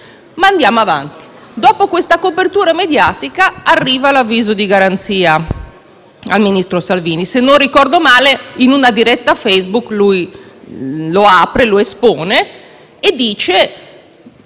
Ma andiamo avanti. Dopo questa copertura mediatica, arriva l'avviso di garanzia al ministro Salvini; se non ricordo male, in una diretta Facebook il Ministro lo espone e dice